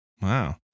Wow